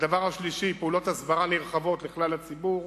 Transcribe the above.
הדבר השלישי, פעולות הסברה נרחבות לכלל הציבור,